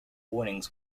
warnings